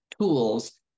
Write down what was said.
tools